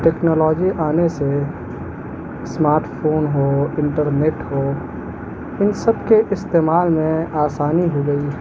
technology آنے سے smart phone ہو انٹرنیٹ ہو ان سب کے استعمال میں آسانی ہو گئی